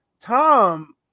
Tom